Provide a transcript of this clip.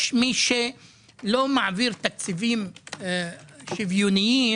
יש מי שלא מעביר תקציבים שוויוניים